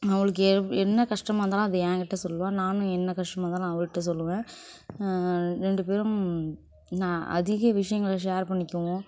அவளுக்கு என்ன கஷ்டமாக இருந்தாலும் அதை எங்கிட்ட சொல்லுவாள் நானும் என்ன கஷ்டமாக இருந்தாலும் அவள்கிட்ட சொல்லுவேன் ரெண்டு பேரும் நான் அதிக விஷயங்கள ஷேர் பண்ணிக்குவோம்